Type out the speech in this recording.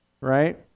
right